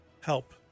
Help